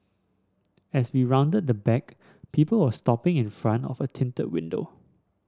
as we rounded the back people were stopping in front of a tinted window